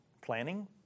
planning